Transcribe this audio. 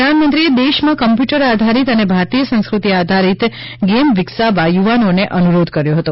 પ્રધાનમંત્રીએ દેશમાં કમ્પ્યુટર આધારિત અને ભારતીય સંસ્કૃતિ આધારિત ગેમ વિકસાવવા યુવાનોને અનુરોધ કર્યો હતો